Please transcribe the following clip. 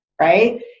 right